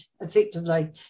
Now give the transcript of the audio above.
effectively